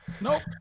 nope